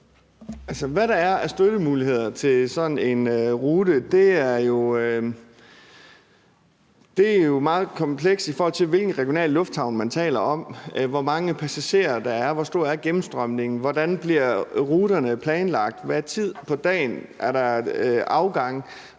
Hvad der er af støttemuligheder til sådan en rute, er jo meget komplekst, i forhold til hvilken regional lufthavn man taler om; hvor mange passagerer der er, hvor stor gennemstrømningen er, hvordan ruterne bliver planlagt, og hvad tid på dagen der er afgange,